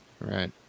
right